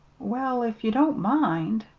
well, if you don't mind!